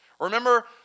Remember